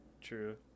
true